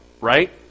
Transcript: Right